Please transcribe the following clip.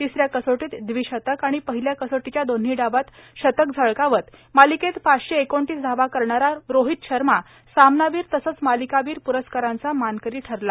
तिसऱ्या कसोटीत द्वी शतक आणि पहिल्या कसोटीच्या दोन्ही डावात शतक झळकावत मालिकेत पाचशे एकोणतीस धावा करणारा रोहित शर्मा सामनावीर तसंच मालिकावीर पुरस्काराचा मानकरी ठरला